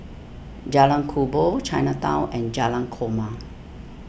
Jalan Kubor Chinatown and Jalan Korma